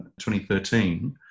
2013